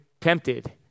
tempted